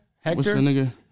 Hector